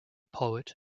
poet